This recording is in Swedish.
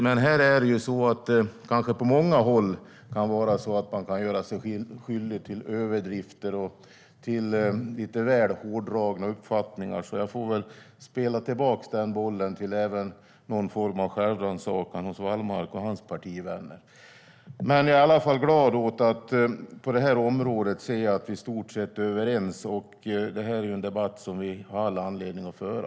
Men här kanske man på många håll kan göra sig skyldig till överdrifter och till lite väl hårdragna uppfattningar. Jag får väl spela tillbaka den bollen. Det handlar om någon form av självrannsakan även hos Wallmark och hans partivänner. Men jag är i alla fall glad åt att vi på det här området i stort sett är överens, och det här är en debatt som vi har all anledning att föra.